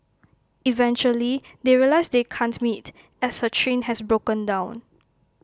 eventually they realise they can't meet as her train has broken down